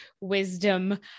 wisdom